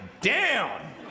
down